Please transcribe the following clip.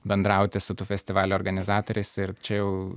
bendrauti su tų festivalių organizatoriais ir čia jau